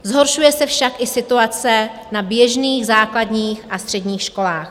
Zhoršuje se však i situace na běžných základních a středních školách.